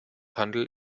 handel